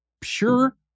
pure